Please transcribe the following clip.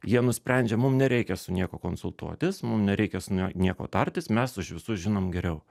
jie nusprendžia mums nereikia su niekuo konsultuotis mums nereikia su niekuo tartis mes už visus žinom geriau